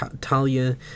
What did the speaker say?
Talia